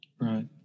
right